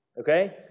Okay